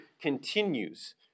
continues